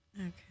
okay